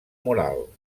moral